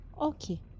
Okay